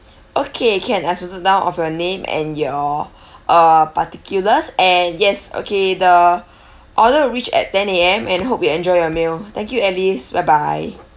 okay can I've noted down of your name and your uh particulars and yes okay the order will reach at ten A_M and hope you enjoy your meal thank you alice bye bye